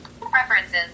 Preferences